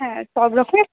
হ্যাঁ সব রকমের